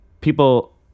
people